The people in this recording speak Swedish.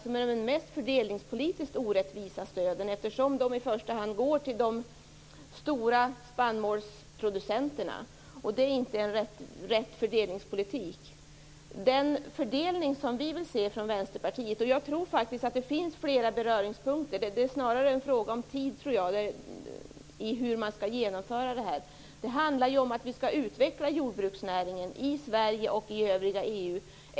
Det handlar alltså om de fördelningspolitiskt mest orättvisa stöden eftersom de i första hand går till de stora spannmålsproducenterna. Det är inte en riktig fördelningspolitik. Den fördelning som vi i Vänsterpartiet vill se - jag tror faktiskt att det finns flera beröringspunkter och att det snarare är en fråga om tid när det gäller sättet att genomföra detta - handlar om att vi skall utveckla jordbruksnäringen både i Sverige och i övriga EU.